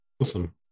Awesome